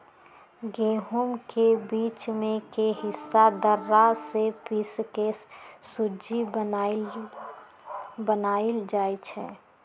गहुम के बीच में के हिस्सा दर्रा से पिसके सुज्ज़ी बनाएल जाइ छइ